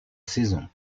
saison